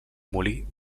molí